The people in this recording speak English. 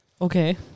Okay